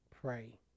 Pray